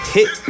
Hit